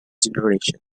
generation